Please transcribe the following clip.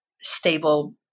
stable